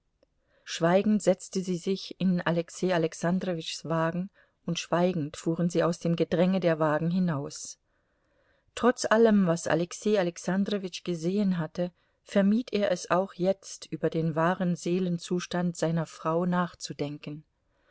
schweigend setzte sie sich in alexei alexandrowitschs wagen und schweigend fuhren sie aus dem gedränge der wagen hinaus trotz allem was alexei alexandrowitsch gesehen hatte vermied er es auch jetzt über den wahren seelenzustand seiner frau nachzudenken